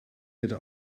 bitte